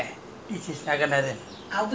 it's like two different pillars you know